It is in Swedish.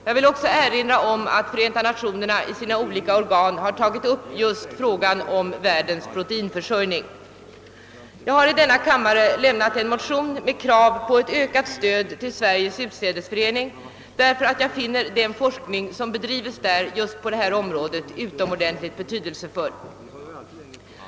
Jag vill också erinra om att Förenta Nationerna i sina olika organ har tagit upp just frågan om världens proteinförsörjning. Jag har i denna kammare väckt en motion med krav på ett ökat stöd till Sveriges utsädesförening. Den forskning som där bedrivs är av utomordentligt stor betydelse just ur proteinförsörjningssynpunkt.